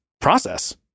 process